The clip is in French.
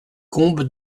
combe